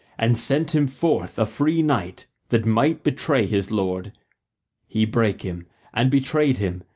and sent him forth a free knight that might betray his lord he brake him and betrayed him,